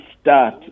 start